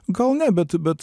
gal ne bet bet